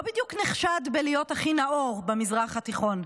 בדיוק נחשד בלהיות הכי נאור במזרח התיכון,